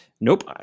Nope